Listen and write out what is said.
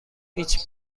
هیچ